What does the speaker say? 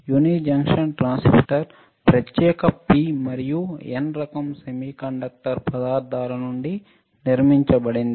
uni junction transistor ప్రత్యేక P మరియు N రకం సెమీకండక్టర్ పదార్థాల నుండి నిర్మించబడింది